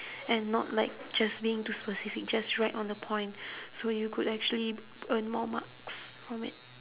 and not like just being to specific just right on the point so you could actually earn more marks on it